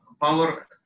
power